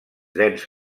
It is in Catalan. dens